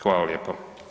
Hvala lijepa.